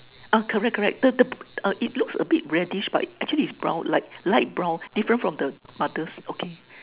uh correct correct the the the it looks a bit reddish but it's actually brown like light brown different from the others okay